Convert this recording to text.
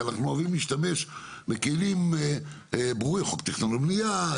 רק שאנחנו אוהבים להשתמש בכלים ברורים: חוק התכנון והבנייה,